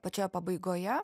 pačioje pabaigoje